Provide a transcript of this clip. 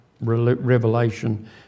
revelation